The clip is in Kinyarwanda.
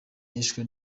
yishwe